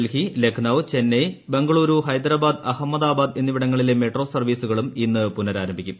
ഡൽഹി ലക്നൌ ചെന്നൈ ബംഗളുരു ഹൈദരാബാദ് അഹമ്മദാബാദ് എന്നിവിടങ്ങളിലെ മെട്രോ സർവ്വീസുകളും ഇന്ന് പുനരാരംഭിക്കും